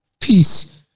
peace